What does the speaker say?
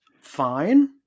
fine